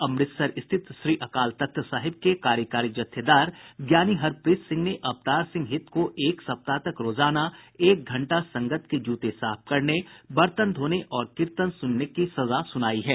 अमृतसर स्थित श्री अकाल तख्त साहिब के कार्यकारी जत्थेदार ज्ञानी हरप्रीत सिंह ने अवतार सिंह हित को एक सप्ताह तक रोजाना एक घंटा संगत के जूते साफ करने बर्तन धोने और कीर्तन सुनने की सजा सुनाई है